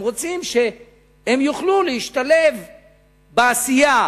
הם רוצים להשתלב בעשייה,